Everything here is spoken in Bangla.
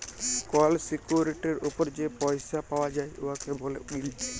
কল সিকিউরিটির উপর যে পইসা পাউয়া যায় উয়াকে ব্যলে ইল্ড